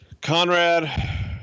Conrad